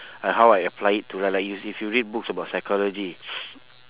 like how I apply it to like like is if you read books about psychology